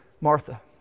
Martha